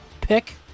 pick